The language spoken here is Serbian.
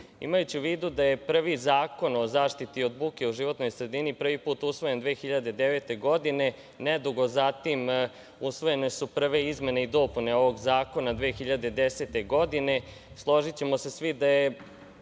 Srbije. Imajući u vidu da je prvi Zakon o zaštiti od buke u životnoj sredini prvi put usvojen 2009. godine, nedugo zatim usvojene su prve izmene i dopune ovog zakona 2010. godine, složićemo se svi da je